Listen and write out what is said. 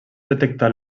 detectar